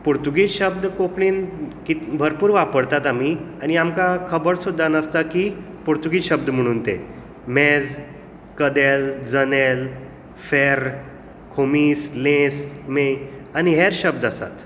पुर्तुगीज शब्द कोंकणीन कितें भरपूर वापरतात आमी आनी आमकां खबर सुद्दां नासता की पोर्तुगीज शब्द म्हणून ते मॅज कदेल जनेल फेर खोमीस लेस मेय आनी हेर शब्द आसात